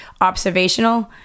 observational